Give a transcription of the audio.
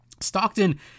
Stockton